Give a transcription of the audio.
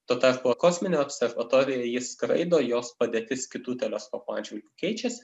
tuo tarpu kosminė observatorija ji skraido jos padėtis kitų teleskopų atžvilgiu keičiasi